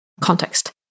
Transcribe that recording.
context